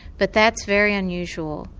but that's very unusual.